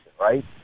right